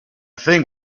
think